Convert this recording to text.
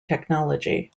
technology